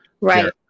Right